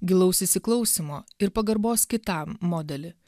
gilaus įsiklausymo ir pagarbos kitam modelį